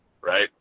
right